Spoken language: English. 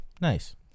Nice